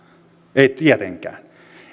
ei tietenkään